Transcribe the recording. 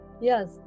yes